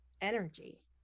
energy